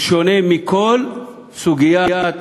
זה שונה מכל סוגיית